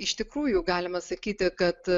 iš tikrųjų galima sakyti kad